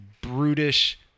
brutish